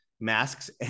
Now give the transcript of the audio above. masks